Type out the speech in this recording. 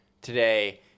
today